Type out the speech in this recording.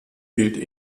gilt